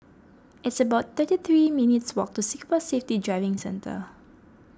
it's about thirty three minutes' walk to Singapore Safety Driving Centre